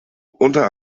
unter